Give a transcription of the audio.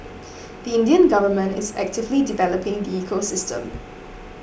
the Indian government is actively developing the ecosystem